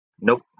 Nope